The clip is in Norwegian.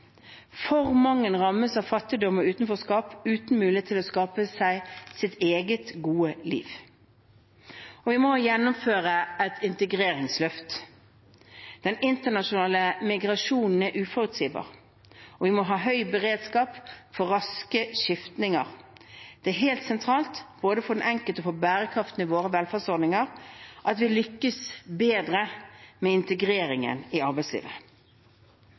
For mange rammes av fattigdom og utenforskap, uten mulighet til å skape seg sitt eget, gode liv. Vi må gjennomføre et integreringsløft. Den internasjonale migrasjonen er uforutsigbar, og vi må ha høy beredskap for raske skiftninger. Det er helt sentralt både for den enkelte og for bærekraften i våre velferdsordninger at vi lykkes bedre med integreringen i arbeidslivet.